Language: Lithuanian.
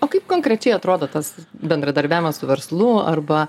o kaip konkrečiai atrodo tas bendradarbiavimas su verslu arba